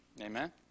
Amen